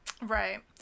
Right